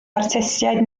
artistiaid